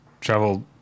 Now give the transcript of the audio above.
travel